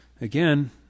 again